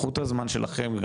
קחו את הזמן שלכם.